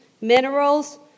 minerals